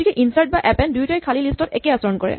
গতিকে ইনচাৰ্ট বা এপেন্ড দুয়োটাই খালী লিষ্ট ত একেই আচৰণ কৰে